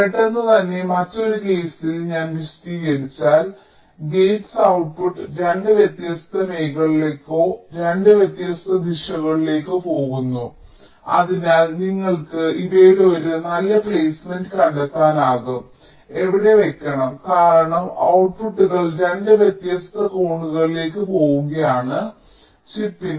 പെട്ടെന്നുതന്നെ മറ്റൊരു കേസിൽ ഞാൻ വിശദീകരിച്ചാൽ ഗേറ്റ്സ് ഔട്ട്പുട്ട് 2 വ്യത്യസ്ത മേഖലകളിലേക്കോ 2 വ്യത്യസ്ത ദിശകളിലേക്കോ പോകുന്നു അതിനാൽ നിങ്ങൾക്ക് ഇവയുടെ ഒരു നല്ല പ്ലേസ്മെന്റ് കണ്ടെത്താനാകും എവിടെ വയ്ക്കണം കാരണം ഔട്ട്പുട്ട്ടുകൾ 2 വ്യത്യസ്ത കോണുകളിലേക്ക് പോകുന്നു ചിപ്പിന്റെ